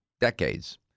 decades